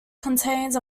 contains